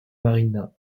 marina